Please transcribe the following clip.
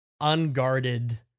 unguarded